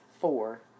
four